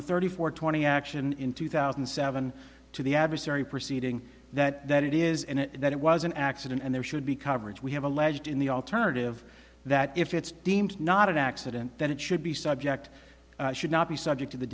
the thirty four twenty action in two thousand and seven to the adversary proceeding that it is and that it was an accident and there should be coverage we have alleged in the alternative that if it's deemed not an accident then it should be subject to not be subject to the